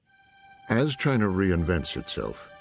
as china reinvents itself,